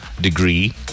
degree